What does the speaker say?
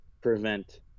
prevent